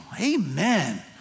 Amen